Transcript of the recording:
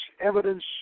evidence